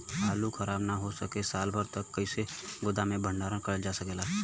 आलू खराब न हो सके साल भर तक कइसे गोदाम मे भण्डारण कर जा सकेला?